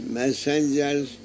messengers